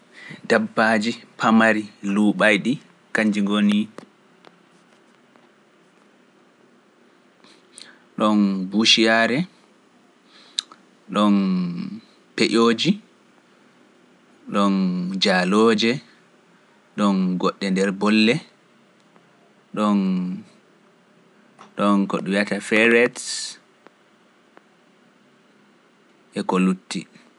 Dabbaaji pamari luuɓayɗi kanji ngo nii. Ɗoon buusiyaare, ɗoon peƴooji, ɗoon jaalooje, ɗoon goɗɗe nder bolle, ɗoon ko ɗum wiyata ferrets, e ko lutti.